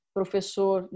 professor